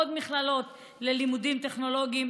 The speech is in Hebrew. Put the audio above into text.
עוד מכללות ללימודים טכנולוגיים,